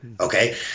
okay